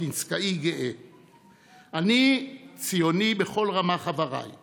גברתי היושבת בראש, אדוני השר, חבריי וחברותיי,